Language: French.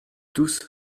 tous